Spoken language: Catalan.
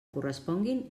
corresponguin